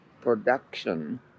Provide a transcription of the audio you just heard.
Production